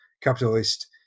capitalist